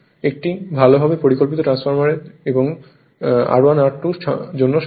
একটি ভালোভাবে পরিকল্পিত ট্রান্সফরমারের এবং R1 R2 জন্য সম্ভব